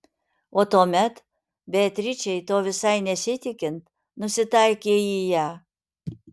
o tuomet beatričei to visai nesitikint nusitaikė į ją